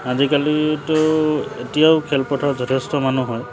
আজিকালিতো এতিয়াও খেলপথাৰত যথেষ্ট মানুহ হয়